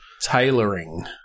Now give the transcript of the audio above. tailoring